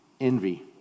envy